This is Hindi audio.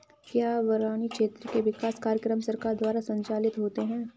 क्या बरानी क्षेत्र के विकास कार्यक्रम सरकार द्वारा संचालित होते हैं?